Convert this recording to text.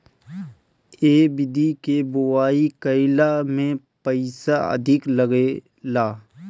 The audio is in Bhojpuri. ए विधि के बोआई कईला में पईसा अधिका लागेला